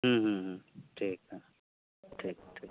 ᱦᱮᱸ ᱦᱮᱸ ᱦᱮᱸ ᱴᱷᱤᱠ ᱦᱮᱸ ᱴᱷᱤᱠ ᱴᱷᱤᱠ